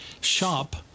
shop